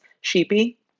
sheepy